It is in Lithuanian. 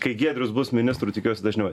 kai giedrius bus ministru tikiuosi dažniau